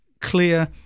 clear